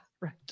right